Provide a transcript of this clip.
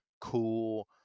cool